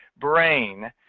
brain